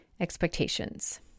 expectations